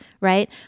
right